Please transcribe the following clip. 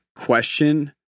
question